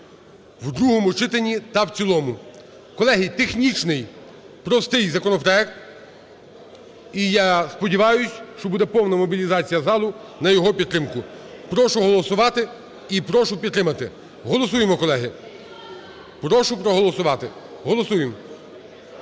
в другому читанні та в цілому. Колеги, технічний простий законопроект. І я сподіваюсь, що буде повна мобілізація залу на його підтримку. Прошу голосувати і прошу підтримати. Голосуємо, колеги. Прошу проголосувати. Голосуємо,